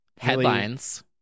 headlines